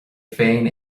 féin